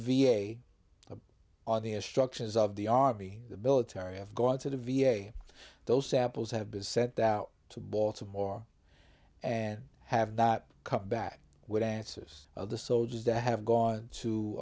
a or the instructions of the army the military have gone to the v a those samples have been sent out to baltimore and have not come back with answers of the soldiers that have gone